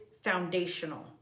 foundational